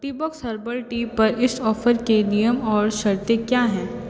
Teabox herbal tea पर इस offer के नियम और शर्ते क्या हैं